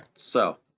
so,